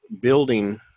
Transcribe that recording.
building